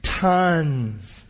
tons